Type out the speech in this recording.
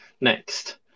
next